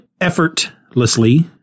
effortlessly